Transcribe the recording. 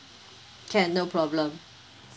can no problem